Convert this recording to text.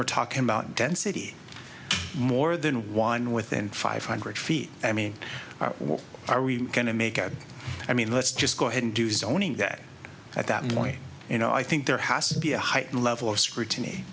we're talking density more than one within five hundred feet i mean what are we going to make out i mean let's just go ahead and do zoning that at that point you know i think there has to be a heightened level of scrutiny